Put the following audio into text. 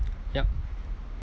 yup